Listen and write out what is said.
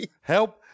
Help